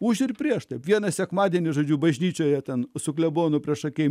už ir prieš vieną sekmadienį žodžiu bažnyčioje ten su klebonu priešakyje